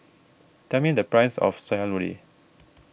tell me the price of Sayur Lodeh